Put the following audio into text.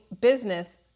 business